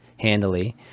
handily